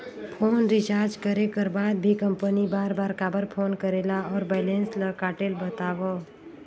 Phone recharge करे कर बाद भी कंपनी बार बार काबर फोन करेला और बैलेंस ल काटेल बतावव?